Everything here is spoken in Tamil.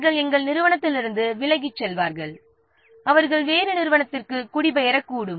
அவர்கள் நம் நிறுவனத்திலிருந்து விலகிச் செல்வார்கள் அவர்கள் வேறு நிறுவனத்திற்கு குடிபெயரக்கூடும்